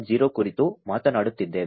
0 ಕುರಿತು ಮಾತನಾಡುತ್ತಿದ್ದೇವೆ